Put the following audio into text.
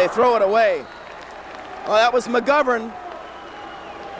they throw it away well it was mcgovern